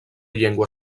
llengua